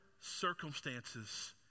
circumstances